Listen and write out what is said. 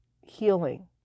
healing